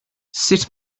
sut